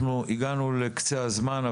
אנחנו הגענו לקצה הזמן,